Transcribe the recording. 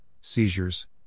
seizures